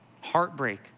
heartbreak